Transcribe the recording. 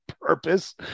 purpose